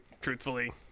truthfully